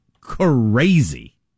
crazy